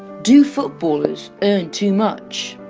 do footballers earn too much?